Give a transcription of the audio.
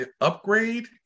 upgrade